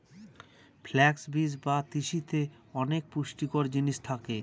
flux বীজ বা তিসিতে অনেক পুষ্টিকর জিনিস থাকে